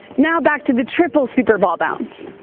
now, back to the triple super ball bounce.